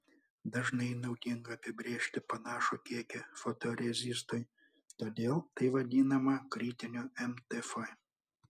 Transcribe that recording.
dažnai naudinga apibrėžti panašų kiekį fotorezistui todėl tai vadinama kritiniu mtf